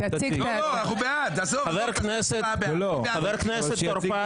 חבר הכנסת טור פז